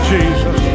Jesus